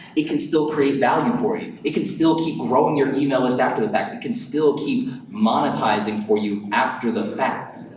it can still create value for you. it can still keep growing your email list after the fact. it can still keep monetizing for you after the fact.